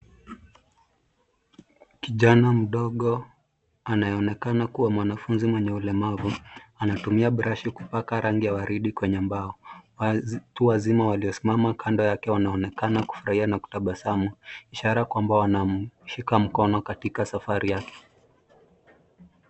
Kijana mdogo anayeonekana kuwa mwanafunzi mwenye ulemavu, anatumia brashi kupaka rangi ya waridi kwenye mbao. Watu wazima waliosimama kando yake wanaonekana kufurahia na kutabasamu, ishara kwamba wanamshika mkono katika safari yake.